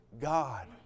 God